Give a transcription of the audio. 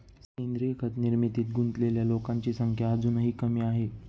सेंद्रीय खत निर्मितीत गुंतलेल्या लोकांची संख्या अजूनही कमी आहे